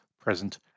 present